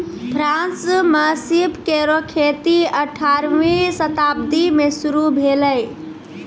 France म सीप केरो खेती अठारहवीं शताब्दी में शुरू भेलै